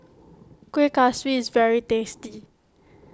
Kuih Kaswi is very tasty